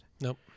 Nope